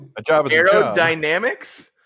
Aerodynamics